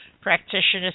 practitioners